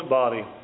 body